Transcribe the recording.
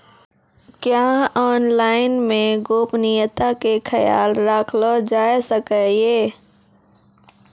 क्या ऑनलाइन मे गोपनियता के खयाल राखल जाय सकै ये?